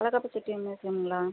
Alagappa Chettiar மியூசியம்ங்களா